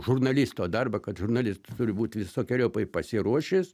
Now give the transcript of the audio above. žurnalisto darbą kad žurnalistas turi būt visokeriopai pasiruošęs